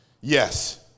yes